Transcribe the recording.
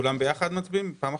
אני